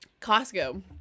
Costco